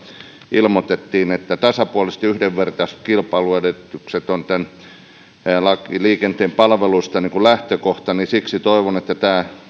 ilmoitettiin että tasapuoliset ja yhdenvertaiset kilpailuedellytykset ovat tämän lain liikenteen palveluista lähtökohta niin siksi toivon että tämä